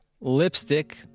Lipstick